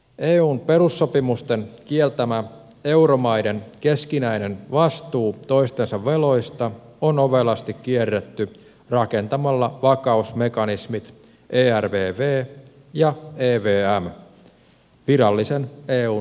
eun perussopimusten kieltämä euromaiden keskinäinen vastuu toistensa veloista on ovelasti kierretty rakentamalla vakausmekanismit ervv ja evm virallisen eun ulkopuolelle